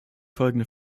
folgende